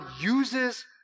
uses